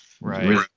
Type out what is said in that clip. Right